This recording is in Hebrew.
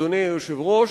אדוני היושב-ראש,